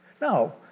No